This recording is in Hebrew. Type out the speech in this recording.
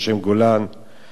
ונג'יב מנצור,